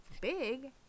big